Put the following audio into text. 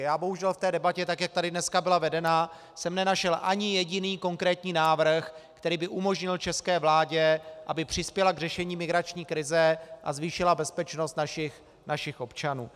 Já bohužel v té debatě, tak jak tady dneska byla vedena, jsem nenašel ani jediný konkrétní návrh, který by umožnil české vládě, aby přispěla k řešení migrační krize a zvýšila bezpečnost našich občanů.